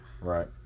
Right